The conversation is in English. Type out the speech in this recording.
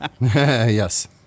Yes